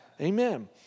Amen